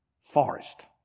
Forest